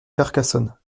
carcassonne